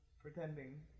pretending